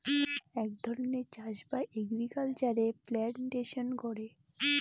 এক ধরনের চাষ বা এগ্রিকালচারে প্লান্টেশন করে